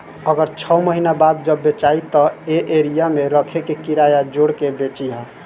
अगर छौ महीना बाद जब बेचायी त ए एरिया मे रखे के किराया जोड़ के बेची ह